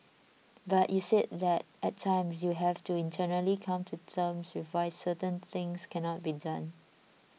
but you said that at times you have to internally come to terms with why certain things cannot be done